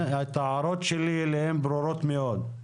ההערות שלי אליהם ברורות מאוד,